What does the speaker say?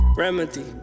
remedy